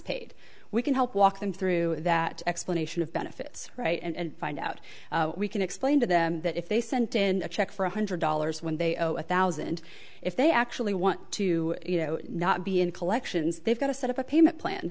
paid we can help walk them through that explanation of benefits right and find out we can explain to them that if they sent in a check for one hundred dollars when they owe a thousand if they actually want to you know not be in collections they've got to set up a payment plan